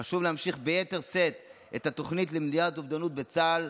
חשוב להמשיך ביתר שאת את התוכנית למניעת אובדנות בצה"ל,